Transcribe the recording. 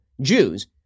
Jews